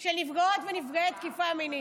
של נפגעות ונפגעי תקיפה מינית.